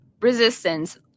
resistance